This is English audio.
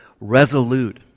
resolute